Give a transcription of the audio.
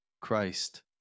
Christ